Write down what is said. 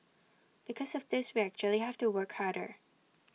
because of this we actually have to work harder